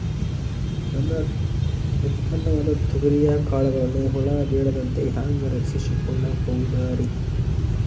ನನ್ನ ಉತ್ಪನ್ನವಾದ ತೊಗರಿಯ ಕಾಳುಗಳನ್ನ ಹುಳ ಬೇಳದಂತೆ ಹ್ಯಾಂಗ ರಕ್ಷಿಸಿಕೊಳ್ಳಬಹುದರೇ?